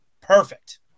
perfect